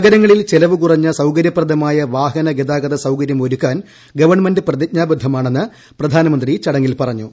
നഗരങ്ങളിൽ ചെലവ് കുറഞ്ഞ സൌകര്യപ്രദമായ വാഹന ഗതാഗത സൌകര്യം ഒരുക്കാൻ ഗവണമെന്റ് പ്രതിജ്ഞാബദ്ധമാണെന്ന് പ്രധാനമന്ത്രി ചടങ്ങിൽ പറഞ്ഞു